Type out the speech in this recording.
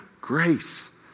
grace